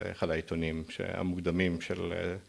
‫אחד העיתונים המוקדמים של...